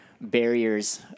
barriers